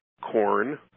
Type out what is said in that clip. corn